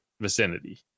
vicinity